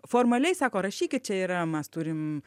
formaliai sako rašykit čia yra mes turim